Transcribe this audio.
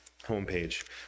homepage